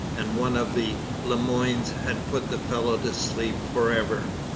and one of the le moynes had put the fellow to sleep for ever.